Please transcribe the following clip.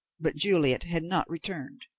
but juliet had not returned.